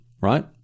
right